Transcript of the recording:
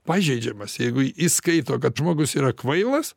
pažeidžiamas jeigu įskaito kad žmogus yra kvailas